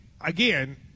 again